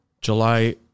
July